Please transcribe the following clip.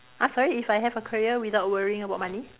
!huh! sorry if I have a career without worrying about money